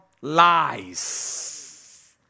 lies